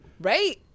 Right